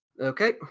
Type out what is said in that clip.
Okay